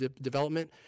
development